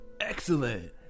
excellent